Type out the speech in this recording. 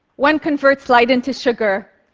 one converts light into sugar,